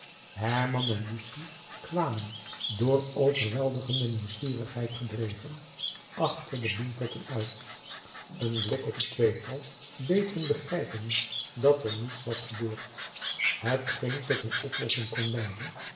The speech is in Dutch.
herman en lucie kwamen door overweldigende nieuwsgierigheid gedreven achter de bloempotten uit een blik op het tweetal deed hun begrijpen dat er niets was gebeurd hetgeen tot een oplossing kon leiden